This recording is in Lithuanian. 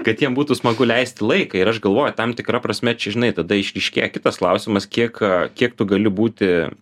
kad jiem būtų smagu leisti laiką ir aš galvoju tam tikra prasme čia žinai tada išryškėja kitas klausimas kiek kiek tu gali būti